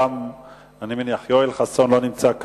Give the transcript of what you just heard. חבר הכנסת יואל חסון, לא נמצא.